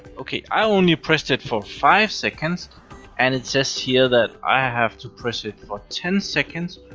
okay, i only pressed it for five seconds and it says here that i have to press it for ten seconds.